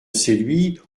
séduit